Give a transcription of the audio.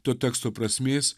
to teksto prasmės